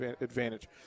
advantage